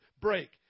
break